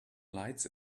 lights